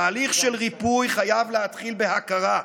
תהליך של ריפוי חייב להתחיל בהכרה.